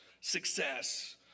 Success